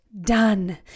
done